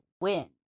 Win